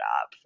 up